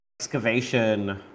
excavation